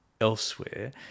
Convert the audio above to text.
elsewhere